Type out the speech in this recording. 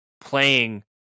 playing